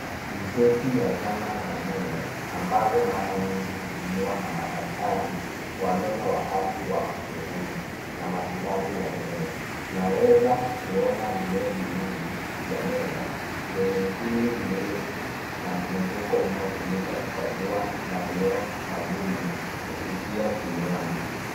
Ni seti ya zana za meno ambazo mara nyingi utumiwa na madaktari wa meno wakati wa uchunguzi na matibabu ya meno. Tunaweza kuona vioo viwili vya meno vyenye mpini mrefu na mzunguko unaotumika kukagua maeneo magumu kufikia kinywani.